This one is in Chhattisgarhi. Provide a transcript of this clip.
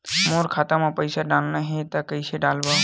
मोर खाता म पईसा डालना हे त कइसे डालव?